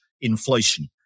inflation